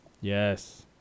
yes